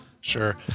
Sure